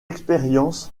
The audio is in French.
expérience